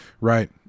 Right